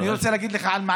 אני רוצה להגיד על מענקים.